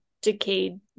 decayed